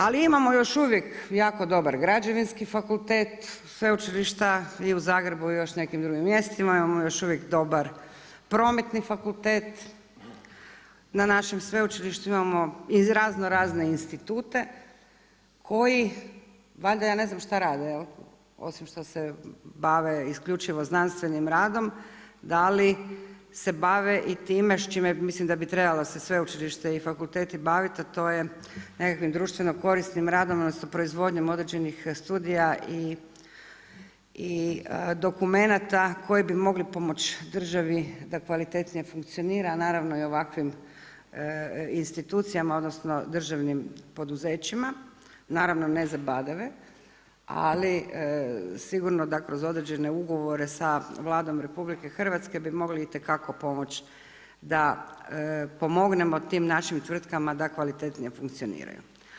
Ali imamo još uvijek jako dobar Građevinski fakultet Sveučilišta i u Zagrebu i još u nekim drugim mjestima, imamo još uvijek dobar Prometni fakultet na našem sveučilištu, imamo i raznorazne institute koji valjda ja ne znam šta rade, osim što se bave isključivo znanstvenim radom, dali se bave i tim s čime mislim da bi se trebalo sveučilište i fakulteti baviti, a to je nekakvim društveno korisnim radom odnosno proizvodnjom određenih studija i dokumenata koji bi mogli pomoć državi da kvalitetnije funkcionira, a naravno i ovakvim institucijama odnosno državnim poduzećima, naravno ne za badave, ali sigurno da kroz određene ugovore sa Vladom RH bi mogli itekako pomoći da pomognemo tim našim tvrtkama da kvalitetnije funkcioniraju.